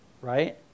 right